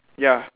ya